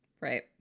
Right